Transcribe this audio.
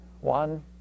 One